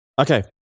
Okay